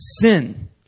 sin